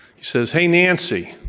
he says, hey, nancy,